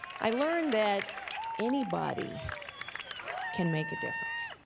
i learned that anybody can make a difference.